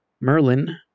Merlin